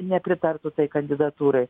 nepritartų tai kandidatūrai